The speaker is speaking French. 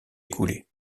écoulées